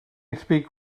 speak